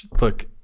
Look